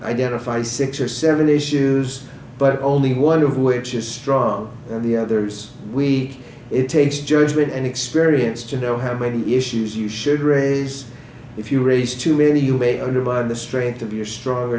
identify six or seven issues but only one of which is strong and the others we it takes judgment and experience to know how many issues you should raise if you race to really you may undermine the strength of your strong